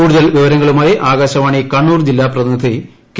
കൂടുതൽ വിവരങ്ങളുമായി ആകാശവാണി കണ്ണൂർ ജില്ലാ പ്രതിനിധി കെ